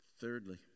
Thirdly